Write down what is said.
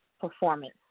performance